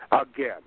Again